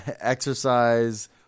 exercise